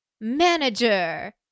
manager